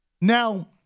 Now